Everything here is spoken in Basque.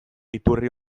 iturri